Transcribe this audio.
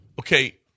Okay